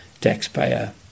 taxpayer